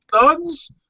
Thugs